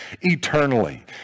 eternally